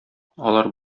алар